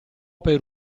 per